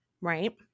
right